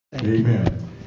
Amen